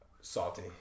Salty